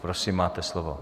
Prosím, máte slovo.